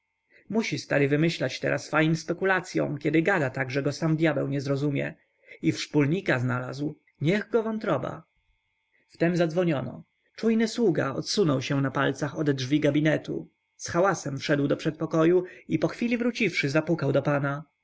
musi stary wymyślać teraz fajn spekulacyą kiedy gada tak że go sam dyabeł nie żrozumie i wszpólnika znalazł niech go wątroba wtem zadzwoniono czujny sługa odsunął się na palcach ode drzwi gabinetu z hałasem wszedł do przedpokoju i po chwili wróciwszy zapukał do pana